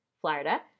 Florida